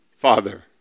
Father